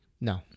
No